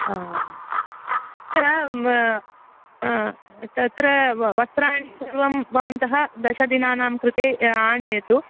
आम् तत्र तत्र वस्त्राणि सर्वं भवन्तः दशदिनानां कृते आनयतु